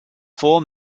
four